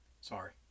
sorry